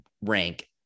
rank